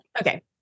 Okay